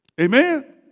Amen